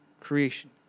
creation